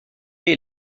est